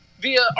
via